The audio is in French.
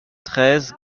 treize